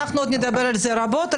אנחנו עוד נדבר על זה רבות,